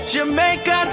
Jamaica